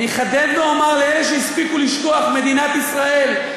אחדד ואומר לאלה שהספיקו לשכוח: מדינת ישראל.